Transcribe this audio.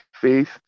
faith